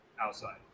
Outside